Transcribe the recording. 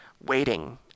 waiting